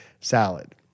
salad